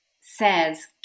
says